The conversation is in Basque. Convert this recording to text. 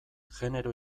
genero